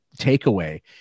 takeaway